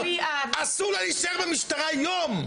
אסור לה להישאר במשטרה יום.